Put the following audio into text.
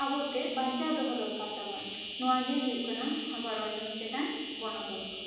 ᱟᱵᱚ ᱛᱮ ᱵᱟᱧᱪᱟᱣ ᱫᱚᱦᱚ ᱫᱚᱨᱠᱟᱨ ᱛᱟᱵᱚᱱ ᱱᱚᱣᱟ ᱜᱮ ᱦᱩᱭᱩᱜ ᱠᱟᱱᱟ ᱟᱵᱚᱣᱟᱜ ᱨᱚᱲ ᱪᱮᱛᱟᱱ ᱵᱚᱱᱚᱫᱚᱞ ᱫᱚ